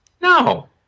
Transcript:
No